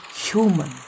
human